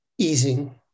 Easing